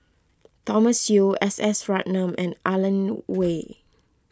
Thomas Yeo S S Ratnam and Alan Oei